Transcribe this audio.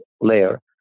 layer